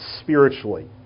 spiritually